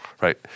right